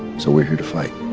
so we're here to fight